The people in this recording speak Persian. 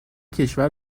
کشور